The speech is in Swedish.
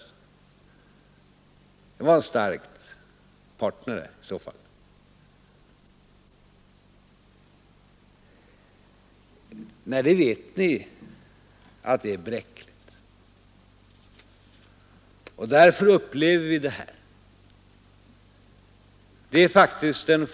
Det skulle i så fall vara en stark partner! Nej, ni vet att underlaget är bräckligt, och därför upplever vi nu en situation som denna.